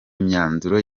imyanzuro